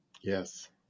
Yes